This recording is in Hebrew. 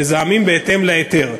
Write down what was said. מזהמים בהתאם להיתר.